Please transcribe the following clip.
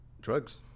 Drugs